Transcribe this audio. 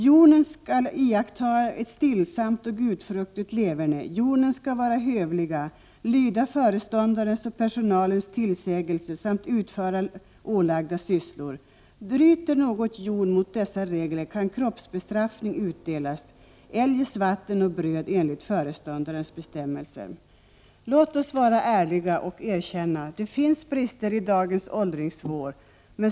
Hjonen skall iakttaga ett stillsamt och gudfruktigt leverne. Hjonen skall vara hövliga, lyda föreståndarens och personalens tillsägelser samt utföra ålagda sysslor. Bryter någon mot dessa regler kan kroppsbestraffning utdelas, eljest vatten och bröd enligt föreståndarens bestämmelser.” Låt oss vara ärliga och erkänna: Det finns brister i dagens åldringsvård.